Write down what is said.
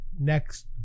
next